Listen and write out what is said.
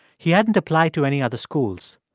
he hadn't applied to any other schools.